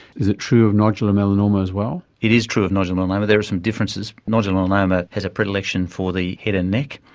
is it true of nodular melanoma as well? it is true of nodular melanoma. there are some differences. nodular melanoma has a predilection for the head and neck,